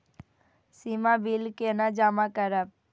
सीमा bill केना जमा करब?